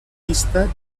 vista